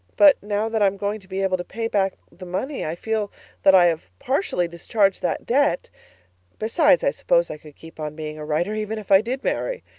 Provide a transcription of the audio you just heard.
but now that i am going to be able to pay back the money, i feel that i have partially discharged that debt besides, i suppose i could keep on being a writer even if i did marry.